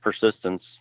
persistence